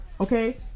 okay